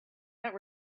that